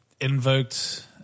invoked